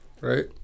Right